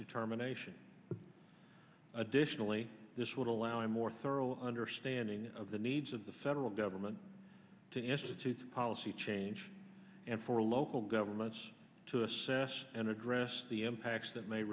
determination additionally this would allow a more thorough understanding of the needs of the federal government to institute policy change and for local governments to assess and address the impacts that may